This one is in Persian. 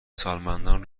سالمندان